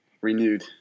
Renewed